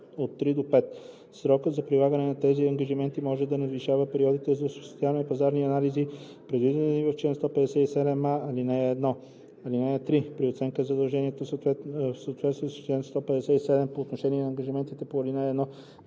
ал. 3 – 5. Срокът за прилагане на тези ангажименти може да надвишава периодите за осъществяване на пазарни анализи, предвидени в чл. 157а, ал. 1. (3) При оценката на задълженията в съответствие с чл. 157 по отношение на ангажиментите по ал. 1